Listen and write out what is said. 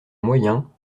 moyen